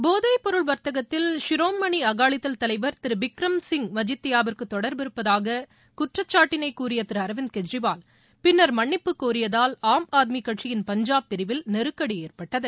போதைப் பொருள் வர்த்தகத்தில் ஷிரோமணி அகாலிதள் தலைவர் திரு பிக்ரம் சிங் மஜித்தியாவிற்கு தொடர்பு இருப்பதாக குற்றச்சாட்டினைக் கூறிய திரு அர்விந்த் கெஜ்ரிவால் பின்னர் மன்னிப்பு கோரியதால் ஆம் ஆத்மி கட்சியின் பஞ்சாப் பிரிவில் நெருக்கடி ஏற்பட்டது